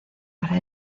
para